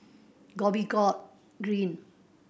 Dhoby Ghaut Green